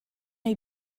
est